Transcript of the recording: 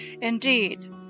Indeed